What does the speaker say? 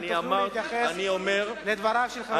אתם תוכלו להתייחס לדבריו של חבר הכנסת בן-ארי.